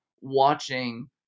watching